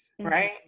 Right